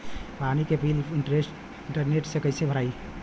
पानी के bill internet से कइसे भराई?